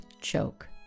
choke